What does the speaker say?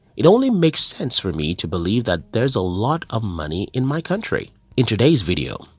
it only makes sense for me to believe that there's a lot of money in my country. in today's video,